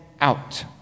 out